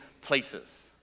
places